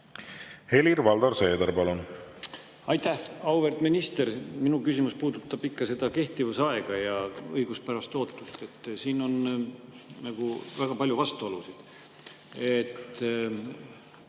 selgema ülevaate. Aitäh! Auväärt minister! Minu küsimus puudutab ikka seda kehtivusaega ja õiguspärast ootust. Siin on väga palju vastuolusid.